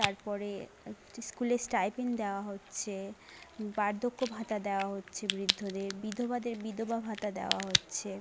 তারপরে স্কুলে স্টাইপেন্ড দেওয়া হচ্ছে বার্ধক্য ভাতা দেওয়া হচ্ছে বৃদ্ধদের বিধবাদের বিধবা ভাতা দেওয়া হচ্ছে